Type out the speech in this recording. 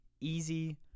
Easy